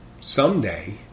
Someday